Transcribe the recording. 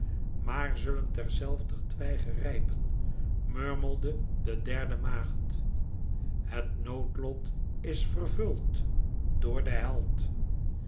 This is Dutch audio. maar zullen ter zelfder twijge rijpen murmelde de derde maagd het noodlot is vervuld door den held